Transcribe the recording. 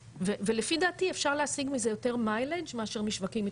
ולפי דעתי אפשר להשיג מזה יותר mileage מאשר משווקים מתפתחים.